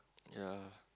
yea